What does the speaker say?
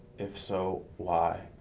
if so, why?